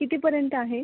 कितीपर्यंत आहे